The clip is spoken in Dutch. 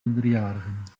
minderjarigen